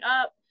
up